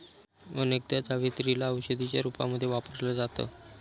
अनेकदा जावेत्री ला औषधीच्या रूपामध्ये वापरल जात